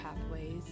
pathways